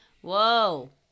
Whoa